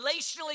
Relationally